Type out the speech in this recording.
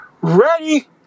ready